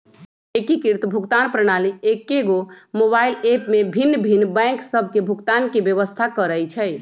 एकीकृत भुगतान प्रणाली एकेगो मोबाइल ऐप में भिन्न भिन्न बैंक सभ के भुगतान के व्यवस्था करइ छइ